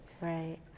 Right